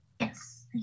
Yes